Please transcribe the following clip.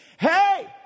hey